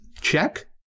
check